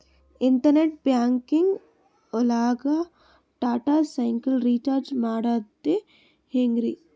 Internet banking ಒಳಗ್ Tata Sky recharge ಮಾಡದ್ ಹೆಂಗ್ರೀ?